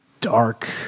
dark